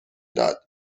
داد